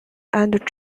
and